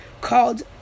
called